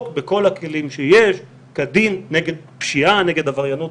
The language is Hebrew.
בכל הכלים שיש נגד פשיעה ועבריינות.